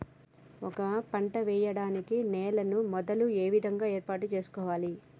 ఒక పంట వెయ్యడానికి నేలను మొదలు ఏ విధంగా ఏర్పాటు చేసుకోవాలి?